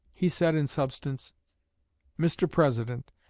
he said in substance mr. president,